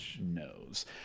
knows